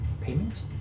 payment